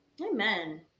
amen